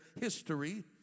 history